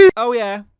yeah oh yeah,